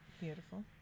beautiful